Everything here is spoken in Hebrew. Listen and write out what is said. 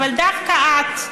אבל דווקא את,